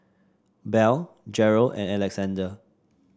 Belle Jerald and Alexander